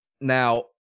Now